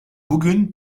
bugün